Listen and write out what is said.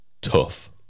tough